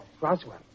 Roswell